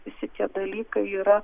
visi tie dalykai yra